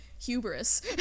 hubris